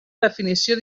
definició